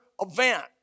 event